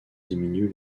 diminue